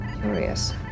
Curious